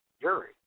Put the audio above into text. Jury